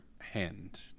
hand